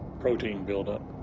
protein build up.